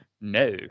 No